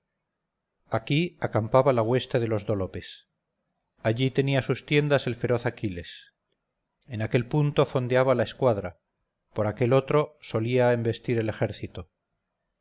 aquí acampaba la hueste de los dólopes allí tenía sus tiendas el feroz aquiles en aquel punto fondeaba la escuadra por aquel otro solía embestir el ejército